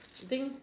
things